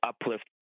uplift